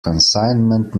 consignment